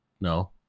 no